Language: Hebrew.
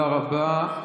אומרים רָאשי,